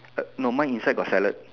uh no mine inside got salad